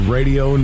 Radio